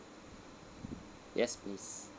yes please